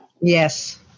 yes